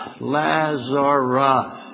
Lazarus